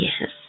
Yes